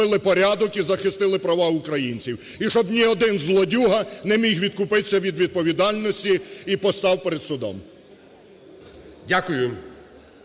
Дякую.